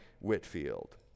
Whitfield